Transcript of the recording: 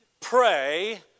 Pray